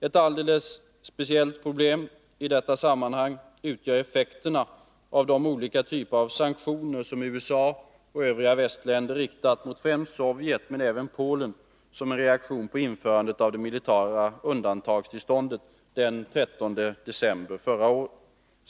Ett alldeles speciellt problem i detta sammanhang utgör effekterna av de olika typer av sanktioner som USA och övriga västländer riktat mot främst Sovjet men även Polen som en reaktion på införandet av det militära undantagstillståndet den 13 december förra året.